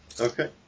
Okay